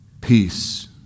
peace